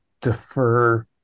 defer